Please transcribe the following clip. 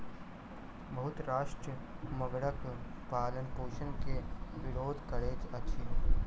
बहुत राष्ट्र मगरक पालनपोषण के विरोध करैत अछि